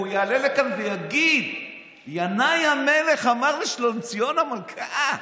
והוא יעלה לכאן ויגיד: ינאי המלך אמר לשלומציון המלכה.